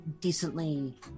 decently